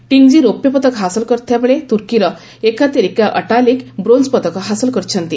ଟିଙ୍ଗ୍ଜୀ ରୌପ୍ୟପଦକ ହାସଲ କରିଥିବା ବେଳେ ତୂର୍କୀର ଏକାତେରିକା ଅଟାଲିକ୍ ବ୍ରୋଞ୍ଚପଦକ ହାସଲ କରିଛନ୍ତି